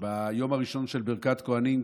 ביום הראשון של ברכת כוהנים,